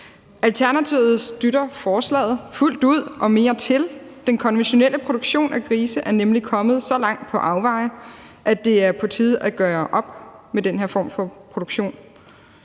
Alternativet støtter forslaget fuldt ud og mere til. Den konventionelle produktion af grise er nemlig kommet så langt på afveje, at det er på tide at gøre op med den her form for produktion.